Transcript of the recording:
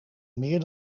meer